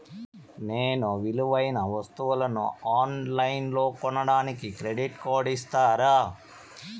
నేను విలువైన వస్తువులను ఆన్ లైన్లో కొనడానికి క్రెడిట్ కార్డు ఇస్తారా?